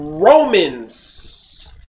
Romans